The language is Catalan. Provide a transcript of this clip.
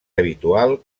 habitual